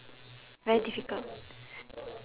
very difficult